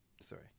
sorry